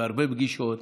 והרבה פגישות,